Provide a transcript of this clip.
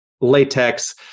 latex